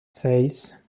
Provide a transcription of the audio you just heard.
seis